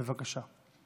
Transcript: בבקשה.